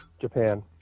Japan